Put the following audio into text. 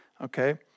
okay